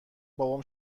بابام